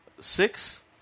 Six